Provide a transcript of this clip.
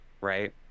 right